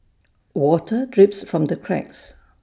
water drips from the cracks